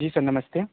जी sir नमस्ते